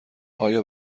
آیا